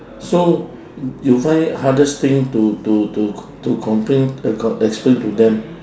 so you find hardest thing to to to to complain uh explain to them